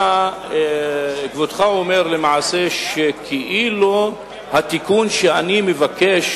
כבודו אומר למעשה שכאילו התיקון שאני מבקש